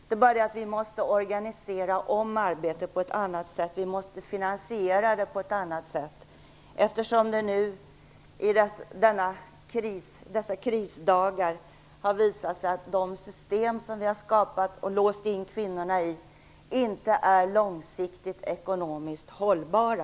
Det är bara det att arbetet måste organiseras och finansieras på ett annat sätt, eftersom det nu i dessa krisdagar har visat sig att de system som vi har skapat och låst in kvinnorna i inte är långsiktigt ekonomiskt hållbara.